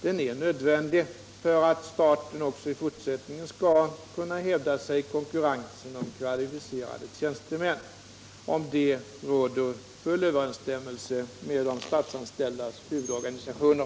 Den är nödvändig för att staten också i fortsättningen skall kunna hävda sig i konkurrensen om kvalificerade tjänstemän. Om detta råder full enighet med de statsanställdas huvudorganisationer.